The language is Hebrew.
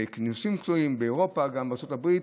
מכינוסים באירופה ובארצות הברית,